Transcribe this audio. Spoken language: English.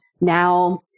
now